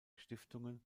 stiftungen